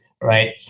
Right